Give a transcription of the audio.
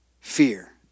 Fear